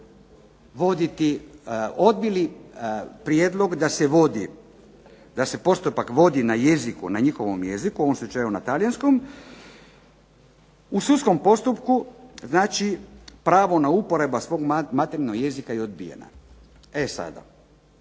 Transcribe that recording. odbili prijedlog da se vodi na njihovom jeziku, u ovom slučaju na talijanskom. U sudskom postupku znači pravo na uporabu svog materinjeg jezika je odbijena. To